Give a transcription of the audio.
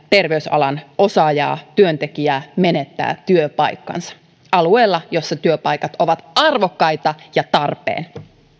terveysalan osaajaa työntekijää menettää työpaikkansa alueella jolla työpaikat ovat arvokkaita ja tarpeen